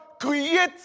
create